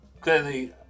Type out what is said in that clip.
clearly